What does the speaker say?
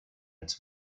its